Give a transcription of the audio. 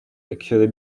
actually